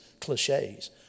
cliches